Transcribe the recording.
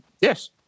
Yes